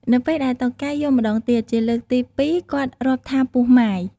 នៅពេលដែលតុកែយំម្ដងទៀត ជាលើកទី ២ គាត់រាប់ថា ពោះម៉ាយ ។